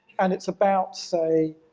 and it's about, say,